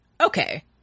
okay